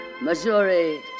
Missouri